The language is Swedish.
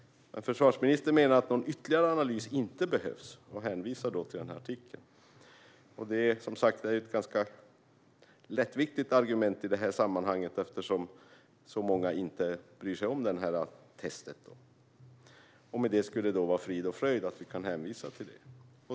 Men försvarsministern menar att någon ytterligare analys inte behövs och hänvisar till denna artikel. Det är ett ganska lättviktigt argument i detta sammanhang eftersom många inte bryr sig om det här testet. Det skulle då vara frid och fröjd i och med att vi kan hänvisa till detta.